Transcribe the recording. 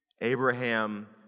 Abraham